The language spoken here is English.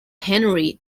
henry